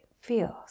feels